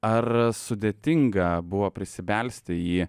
ar sudėtinga buvo prisibelsti į